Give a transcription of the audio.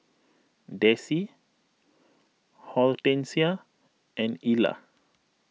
Dessie Hortensia and Ila